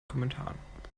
kommentaren